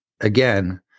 Again